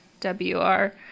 W-R